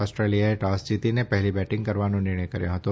ઓસ્ટ્રેલિયાએ toss જીતીને પહેલાં batting કરવાનો નિર્ણય કર્યો હતો